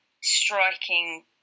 striking